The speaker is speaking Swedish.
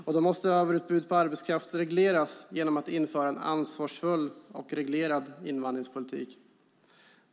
Och då måste överutbudet på arbetskraft regleras genom att man inför en ansvarsfull och reglerad invandringspolitik.